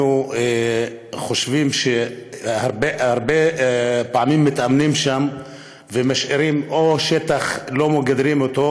אנחנו חושבים שהרבה פעמים מתאמנים שם ומשאירים: או שטח שלא מגדרים אותו,